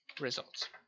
results